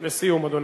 לסיום, אדוני.